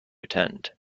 attend